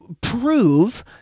prove